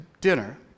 dinner